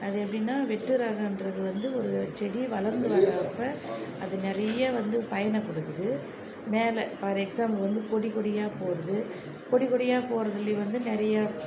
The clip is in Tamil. அது எப்படின்னா வெட்டு ரகம் என்றது வந்து ஒரு செடி வளர்ந்து வர்றப்போ அது நிறைய வந்து பயனை கொடுக்குது மேலே ஃபார் எக்ஸாம்பிள் வந்து கொடி கொடியா போகிறது கொடி கொடியா போகிறதுலே வந்து நிறைய